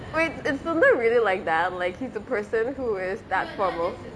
wait is sundar really like that like he's the person who is that formal